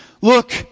look